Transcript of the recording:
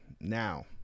Now